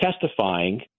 testifying